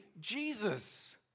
Jesus